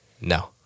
No